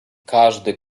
każdy